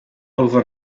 over